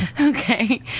Okay